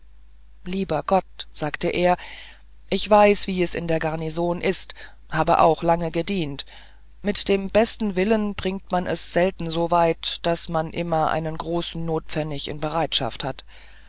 lieber gott sagte er ich weiß wie es in der garnison ist habe auch lange gedient mit dem besten willen bringt man es selten so weit daß man immer einen großen notpfennig in bereitschaft hat